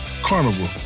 Carnival